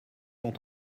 sont